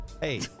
Hey